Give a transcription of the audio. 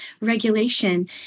regulation